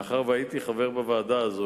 מאחר שהייתי חבר בוועדה הזו,